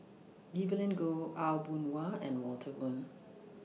Evelyn Goh Aw Boon Haw and Walter Woon